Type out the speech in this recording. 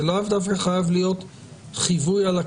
זה לאו דווקא חייב להיות חיווי על הקבלה.